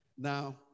Now